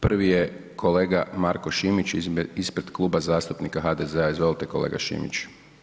Prvi je kolega Marko Šimić ispred Kluba zastupnika HDZ-a, izvolite kolega Šimić.